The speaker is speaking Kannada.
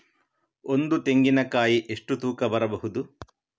ಒಂದು ತೆಂಗಿನ ಕಾಯಿ ಎಷ್ಟು ತೂಕ ಬರಬಹುದು?